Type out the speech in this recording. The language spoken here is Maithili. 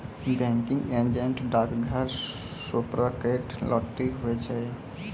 बैंकिंग एजेंट डाकघर, सुपरमार्केट, लाटरी, हुवै छै